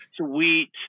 sweet